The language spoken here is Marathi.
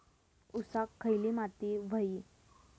ऊसाक खयली माती व्हयी?